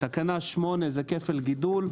תקנה 8 זה כפל גידול.